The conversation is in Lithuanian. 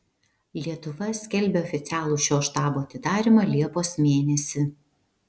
lietuva skelbia oficialų šio štabo atidarymą liepos mėnesį